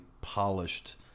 polished